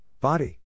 body